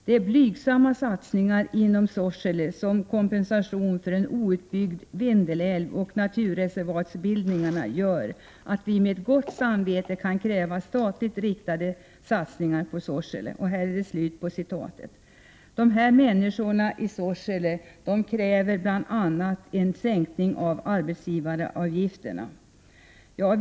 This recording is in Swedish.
De blygsamma satsningarna inom Sorsele kommun som kompensationen för en outbyggd Vindelälv och naturreservatsbildningarna gör, att vi med gott samvete kan kräva statligt riktade satsningar på Sorsele.” Dessa människor i Sorsele kräver bl.a. en sänkning av arbetsgivaravgifter Prot. 1988/89:84 na.